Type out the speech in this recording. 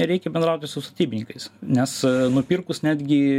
nereikia bendrauti su statybininkais nes nupirkus netgi